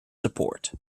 support